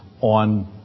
on